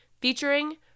featuring